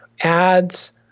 ads